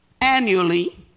annually